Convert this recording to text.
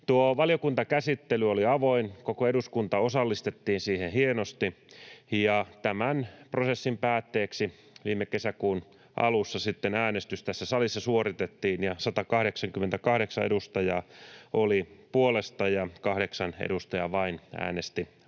valiokuntakäsittely oli avoin. Koko eduskunta osallistettiin siihen hienosti, ja tämän prosessin päätteeksi viime kesäkuun alussa sitten äänestys tässä salissa suoritettiin ja 188 edustajaa oli puolesta ja vain 8 edustajaa äänesti vastaan.